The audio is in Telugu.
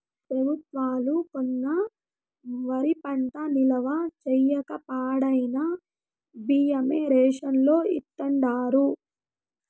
పెబుత్వాలు కొన్న వరి పంట నిల్వ చేయక పాడైన బియ్యమే రేషన్ లో ఇస్తాండారు